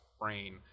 brain